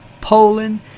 Poland